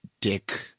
Dick